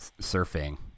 surfing